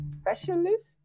specialist